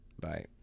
Bye